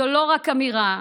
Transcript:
זו לא רק אמירה,